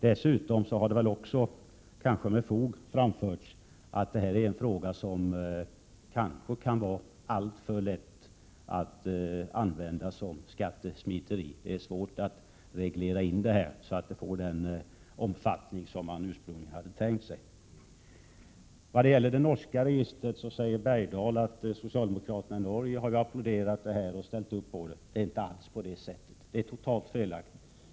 Dessutom har det kanske också med fog framhållits att det här är någonting som alltför lätt skulle kunna resultera i skattesmiteri. Det är svårt att reglera så att en åtgärd blir den man ursprungligen tänkt sig. Beträffande det norska registret sade Hugo Bergdahl att socialdemokraterna i Norge har applåderat och anslutit sig till det. Det är inte alls på det sättet, det är totalt felaktigt.